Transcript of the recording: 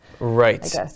right